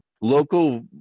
local